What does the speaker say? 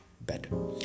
better